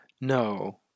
No